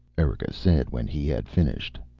erika said, when he had finished.